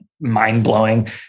mind-blowing